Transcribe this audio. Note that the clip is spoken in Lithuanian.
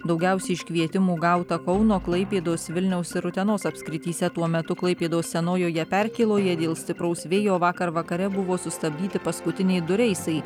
daugiausia iškvietimų gauta kauno klaipėdos vilniaus ir utenos apskrityse tuo metu klaipėdos senojoje perkėloje dėl stipraus vėjo vakar vakare buvo sustabdyti paskutiniai du reisai